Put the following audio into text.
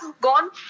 gone